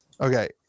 Okay